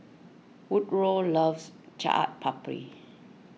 Woodroe loves Chaat Papri